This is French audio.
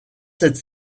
cette